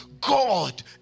God